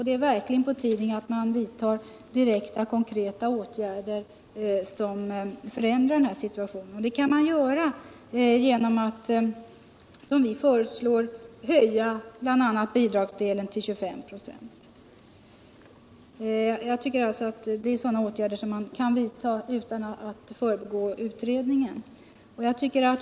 Det är verkligen på tiden att vidta konkreta åtgärder som förändrar situationen. Och det kan man göra genom att, som vi föreslår, bl.a. höja bidragsdelen till 25 26. Det är sådana åtgärder som kan vidtas utan att man förbigår utredningen.